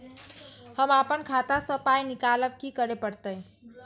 हम आपन खाता स पाय निकालब की करे परतै?